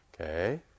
Okay